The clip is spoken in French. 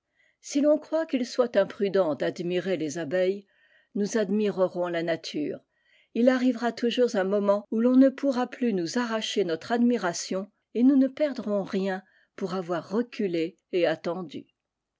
si l'on croit qu'il soit imprudent d'admirer les abeilles nous admirerons la nature il arrivera toujours un moment où l'on ne pourra plus nous a cher notre admiration et nous ne perdronsi pour avoir reculé et attendu